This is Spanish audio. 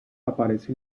aparece